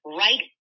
right